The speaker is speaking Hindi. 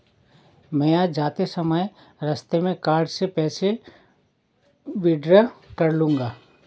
मैं आज जाते समय रास्ते में कार्ड से पैसे विड्रा कर लूंगा